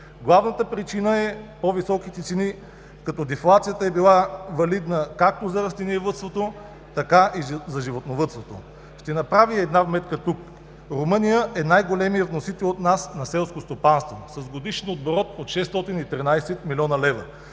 Главната причина са по-високите цени, като дефлацията е била валидна както за растениевъдството, така и за животновъдството. Ще направя една вметка тук. Румъния е най-големият вносител на селско стопанство от нас – с годишен оборот от 613 млн.лв.